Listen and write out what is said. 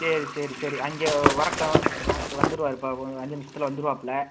சரி சரி சரி அங்கே வரட்டும் அவரு மாஸ்ட்ரு வந்துருவாரு இப்போ ஒரு அஞ்சு நிமிடத்துல வந்துருவாப்லே